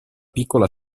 piccola